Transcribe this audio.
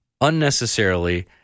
unnecessarily